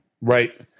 Right